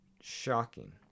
shocking